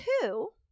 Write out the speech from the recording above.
two